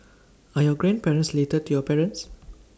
are your grandparents related to your parents